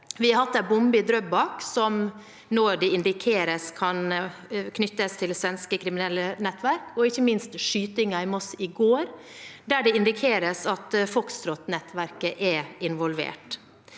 Vi har hatt en bombe i Drøbak som det nå indikeres kan knyttes til svenske kriminelle nettverk, og ikke minst skytingen i Moss i går, der det indikeres at Foxtrot-nettverket er involvert.